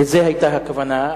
לזה היתה הכוונה.